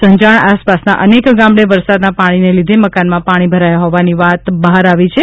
સંજાગ્ન આસપાસના અનેક ગામડે વરસાદના પાગ્નીને લીધે મકાનમાં પાગ્ની ભરાયા હોવાની વાત બહાર આવી રહી છે